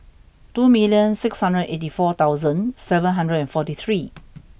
two million six hundred eighty four thousand seven hundred and forty three